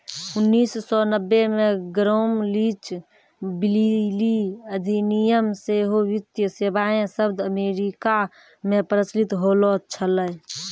उन्नीस सौ नब्बे मे ग्राम लीच ब्लीली अधिनियम से ही वित्तीय सेबाएँ शब्द अमेरिका मे प्रचलित होलो छलै